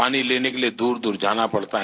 पानी लेने के लिये दूर दूर जाना पड़ता है